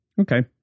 Okay